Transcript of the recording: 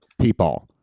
people